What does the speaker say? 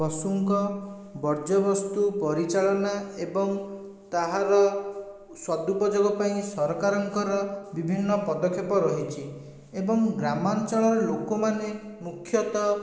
ପଶୁଙ୍କ ବର୍ଜ୍ୟବସ୍ତୁ ପରିଚାଳନା ଏବଂ ତାହାର ସଦୁପଯୋଗ ପାଇଁ ସରକାରଙ୍କର ବିଭିନ୍ନ ପଦକ୍ଷେପ ରହିଛି ଏବଂ ଗ୍ରାମାଞ୍ଚଳର ଲୋକମାନେ ମୁଖ୍ୟତଃ